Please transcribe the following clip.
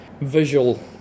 visual